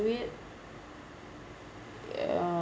to it uh